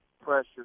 pressure